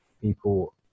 people